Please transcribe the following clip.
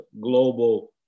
global